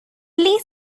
play